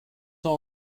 all